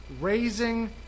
raising